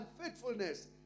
unfaithfulness